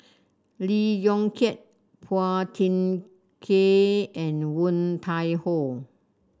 Lee Yong Kiat Phua Thin Kiay and Woon Tai Ho